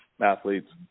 athletes